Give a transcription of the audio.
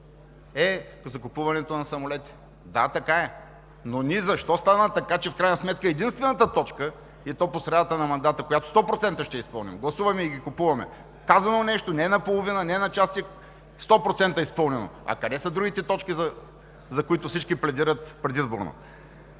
е закупуването на самолети. Да, така е! Но защо стана така, че в крайна сметка единствената точка и то по средата на мандата, която сто процента ще изпълним – гласуваме и ги купуваме. Казано нещо, не наполовина, не на части – сто процента изпълнено. Къде са другите точки, за които всички пледират предизборно?